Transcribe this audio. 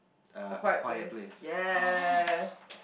uh a quiet place